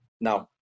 now